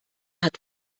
hat